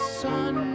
sun